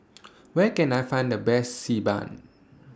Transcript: Where Can I Find The Best Xi Ban